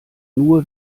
nur